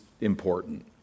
important